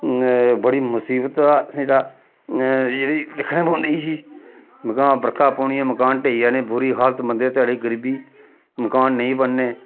बड़ी मुसीबतां जेह्ड़ा जेह्ड़ी दिक्खनी पौंदी ही मकान बरखा पौनी मकान ढेई जाने बुरी हालत मंदे ध्याड़े गरीबी मकान नेईं बनने